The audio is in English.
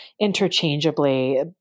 interchangeably